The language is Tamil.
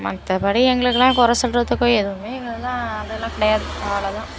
மற்றபடி எங்களுக்குலாம் கொறை சொல்கிறதுக்கோ எதுவுமே எங்களுக்கு தான் அதெல்லாம் கிடையாது அவ்வளோ தான்